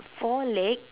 four legs